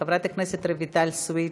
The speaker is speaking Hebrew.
חברת הכנסת רויטל סויד,